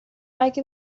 اگه